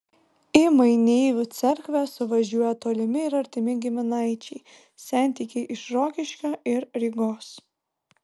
į maineivų cerkvę suvažiuoja tolimi ir artimi giminaičiai sentikiai iš rokiškio ir rygos